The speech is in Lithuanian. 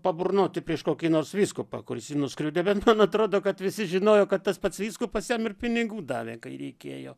paburnoti prieš kokį nors vyskupą kuris jį nuskriaudė bent man atrodo kad visi žinojo kad tas pats vyskupas jam ir pinigų davė kai reikėjo